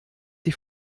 sie